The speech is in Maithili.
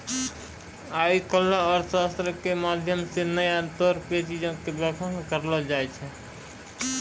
आइ काल्हि अर्थशास्त्रो के माध्यम से नया तौर पे चीजो के बखान करलो जाय रहलो छै